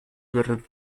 were